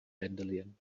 dandelion